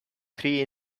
three